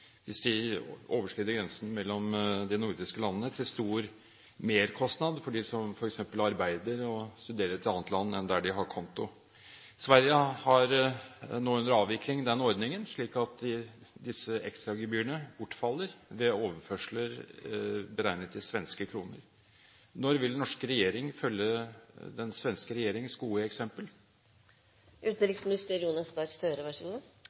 annet land enn der de har konto. Sverige har nå under avvikling den ordningen, slik at disse ekstragebyrene bortfaller ved overførsler beregnet i svenske kroner. Når vil den norske regjering følge den svenske regjeringens gode